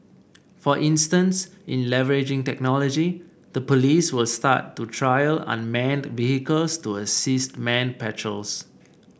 for instance in leveraging technology the police will start to trial unmanned vehicles to assist manned patrols